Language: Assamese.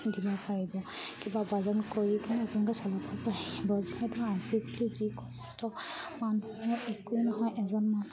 দিব পাৰিব কিবা উপাৰ্জন কৰি কিনে আপোনালোকে চলাব পাৰিব যিহেতু আজিকালি যি কষ্ট মানুহে একোৱেই নহয় এজন মানুহ